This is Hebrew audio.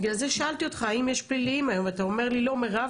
בגלל זה שאלתי אותך האם יש פליליים היום ואתה אומר לי 'לא מירב,